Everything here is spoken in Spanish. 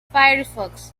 firefox